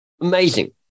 amazing